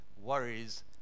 Worries